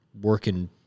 working